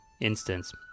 instance